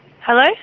Hello